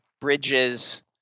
bridges